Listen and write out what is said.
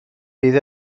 bydd